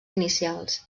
inicials